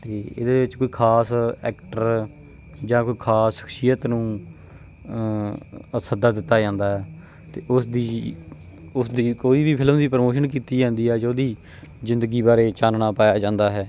ਅਤੇ ਇਹਦੇ ਵਿੱਚ ਕੋਈ ਖਾਸ ਐਕਟਰ ਜਾਂ ਕੋਈ ਖਾਸ ਸ਼ਖਸੀਅਤ ਨੂੰ ਸੱਦਾ ਦਿੱਤਾ ਜਾਂਦਾ ਅਤੇ ਉਸਦੀ ਉਸਦੀ ਕੋਈ ਵੀ ਫਿਲਮ ਦੀ ਪ੍ਰਮੋਸ਼ਨ ਕੀਤੀ ਜਾਂਦੀ ਆ ਜਾਂ ਉਹਦੀ ਜ਼ਿੰਦਗੀ ਬਾਰੇ ਚਾਨਣਾ ਪਾਇਆ ਜਾਂਦਾ ਹੈ